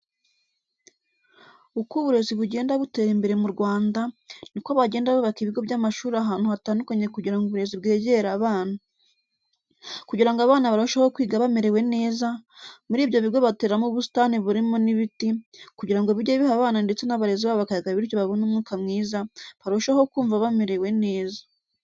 Uko uburezi bugenda butera imbere mu Rwanda, ni ko bagenda bubaka ibigo by'amashuri ahantu hatandukanye kugira ngo uburezi bwegere abana. Kugira ngo abana barusheho kwiga bamerewe neza, muri byo bigo bateramo ubusitani burimo n'ibiti, kugira ngo bijye biha abana ndetse n'abarezi babo akayaga bityo babone umwuka mwiza, barusheho kumva bamerewe neza.